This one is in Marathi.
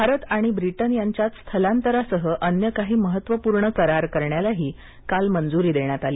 भारत आणि ब्रिटन यांच्यात स्थलांतरासह अन्य काही महत्त्वपूर्ण करार करण्यालाही काल मंजुरी देण्यात आली